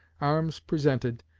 arms presented,